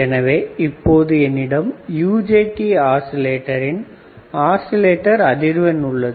எனவே இப்பொழுது என்னிடம் UJT ஆஸிலேட்டரின் ஆஸிலேட்டர் அதிர்வெண் உள்ளது